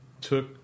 Took